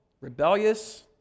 rebellious